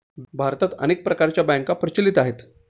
भारतात अनेक प्रकारच्या बँका प्रचलित आहेत